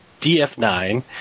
DF9